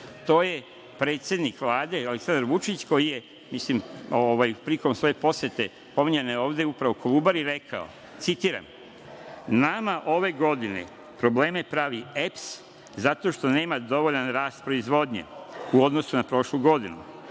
To je predsednik Vlade Aleksandar Vučić, koji je prilikom svoje posete pominjane ovde, upravo Kolubari, rekao, citiram: „Nama ove godine probleme pravi EPS zato što nema dovoljan rast proizvodnje u odnosu na prošlu godinu,